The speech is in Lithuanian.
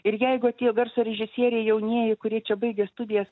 ir jeigu tie garso režisieriai jaunieji kurie čia baigė studijas